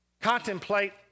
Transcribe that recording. contemplate